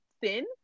thin